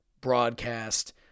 broadcast